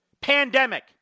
pandemic